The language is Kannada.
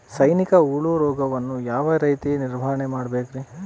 ಸೈನಿಕ ಹುಳು ರೋಗವನ್ನು ಯಾವ ರೇತಿ ನಿರ್ವಹಣೆ ಮಾಡಬೇಕ್ರಿ?